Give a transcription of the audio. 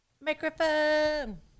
microphone